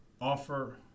offer